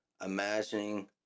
imagining